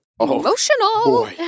emotional